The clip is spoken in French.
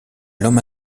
l’homme